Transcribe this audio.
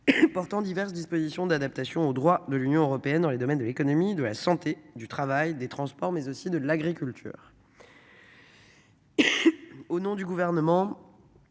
Portant diverses dispositions d'adaptation au droit de l'Union européenne dans les domaines de l'économie de la santé, du travail des transports mais aussi de l'agriculture. Au nom du gouvernement.